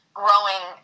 growing